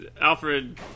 Alfred